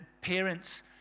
parents